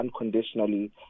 unconditionally